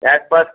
একবার